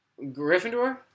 Gryffindor